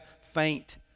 faint